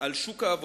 על שוק העבודה,